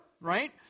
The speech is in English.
Right